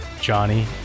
Johnny